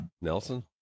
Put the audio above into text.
Nelson